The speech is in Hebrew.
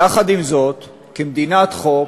יחד עם זאת, כמדינת חוק,